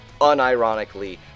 unironically